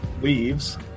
leaves